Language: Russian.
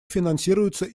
финансируется